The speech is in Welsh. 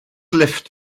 lifft